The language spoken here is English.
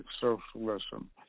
socialism